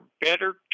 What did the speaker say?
better